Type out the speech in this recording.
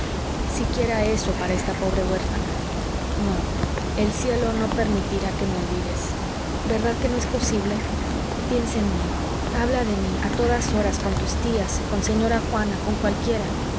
perderlo siquiera eso para esta pobre huérfana no el cielo no permitirá que me olvides verdad que no es posible piensa en mí habla de mí a todas horas con tus tías con señora juana con cualquiera